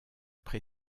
pré